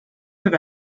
have